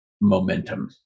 momentum